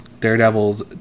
daredevil's